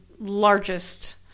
largest